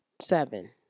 seven